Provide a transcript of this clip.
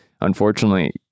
unfortunately